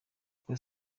kuko